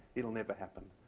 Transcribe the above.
it'll never happen.